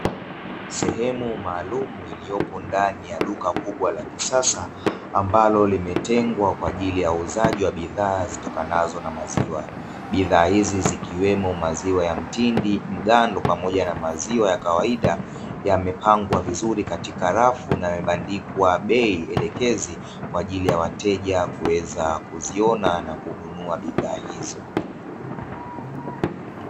Sehemu maalumu iliyopo ndani ya duka kubwa la kisasa, ambalo limetengwa kwa ajili ya uuzaji wa bidhaa zitokanazo na maziwa, bidhaa hizi zikiwemo maziwa ya mtindi, mgando pamoja na maziwa ya kawaida yamepangwa vizuri katika rafu na yamebandikwa bei elekezi kwa ajili ya wateja kuweza kuziona na kununua bidhaa hizo.